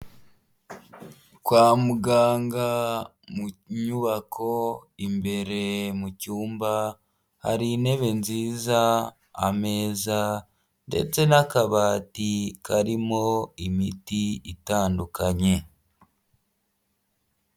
Kwa muganga mu nyubako imbere mu cyumba hari intebe nziza, ameza ndetse n'akabati karimo imiti itandukanye.